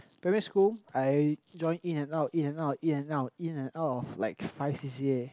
primary school I join in and out in and out in and out in and out of like five c_c_a